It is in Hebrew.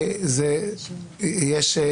--- לשעבר.